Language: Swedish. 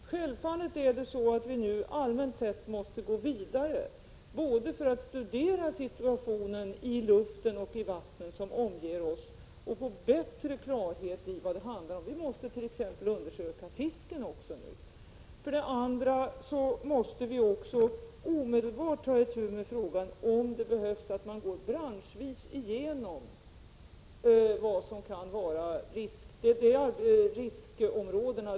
För det första måste vi självfallet allmänt sett gå vidare för att studera situationen både i luften och i de vatten som omger oss för att få bättre klarhet i vad det handlar om. Vi måste t.ex. undersöka fisken. För det andra måste vi omedelbart ta itu med frågan om det behövs en branschvis genomgång av riskområdena.